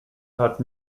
hat